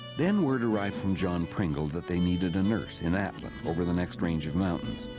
then word arrived from john pringle that they needed a nurse in atlin, over the next range of mountains.